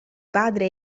padre